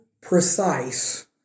precise